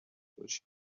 باشی